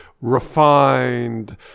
refined